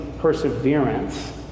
Perseverance